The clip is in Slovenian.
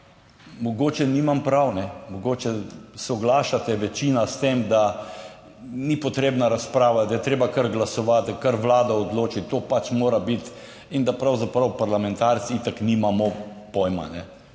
mogoče nimam prav, kajne, mogoče soglašate večina s tem, da ni potrebna razprava, da je treba kar glasovati, kar Vlada odloči, to pač mora biti in da pravzaprav parlamentarci itak nimamo pojma,